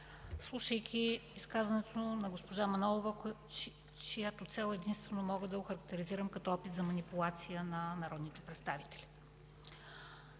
слушайки изказването на госпожа Манолова, чиято цел единствено мога да охарактеризирам като опит за манипулация на народните представители.